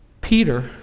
Peter